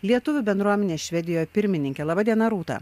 lietuvių bendruomenės švedijoje pirmininkė laba diena rūta